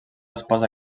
esposa